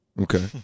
Okay